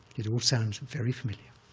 it all sounds very familiar.